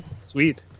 Sweet